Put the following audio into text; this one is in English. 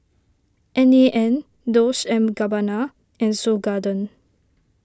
N A N Dolce and Gabbana and Seoul Garden